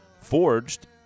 Forged